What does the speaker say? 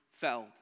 felled